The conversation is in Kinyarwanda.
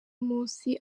munsi